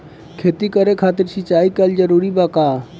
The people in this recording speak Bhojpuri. खेती करे खातिर सिंचाई कइल जरूरी बा का?